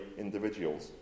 individuals